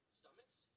stomachs